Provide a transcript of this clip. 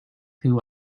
who